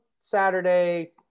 Saturday